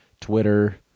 twitter